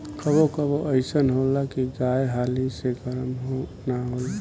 कबो कबो अइसन होला की गाय हाली से गरम ना होले